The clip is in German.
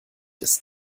ist